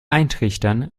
eintrichtern